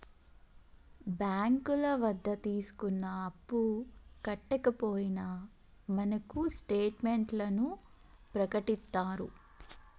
బ్యాంకుల వద్ద తీసుకున్న అప్పు కట్టకపోయినా మనకు స్టేట్ మెంట్లను ప్రకటిత్తారు